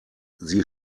sie